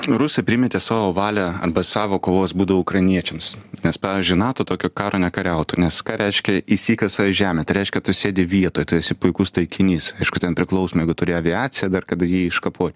nu rusai primetė savo valią arba savo kovos būdą ukrainiečiams nes pavyzdžiui nato tokio karo nekariautų nes ką reiškia įsikasa į žemę tai reiškia tu sėdi vietoj tu esi puikus taikinys aišku ten priklausomai jeigu turi aviaciją dar kada jį iškapot